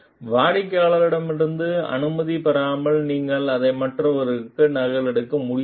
வாடிக்கையாளரிடமிருந்து அனுமதி பெறாமல் நீங்கள் அதை மற்றவர்களுக்காக நகலெடுக்க முடியாது